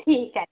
ठीक आहे